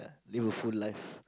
live a full live